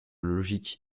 logique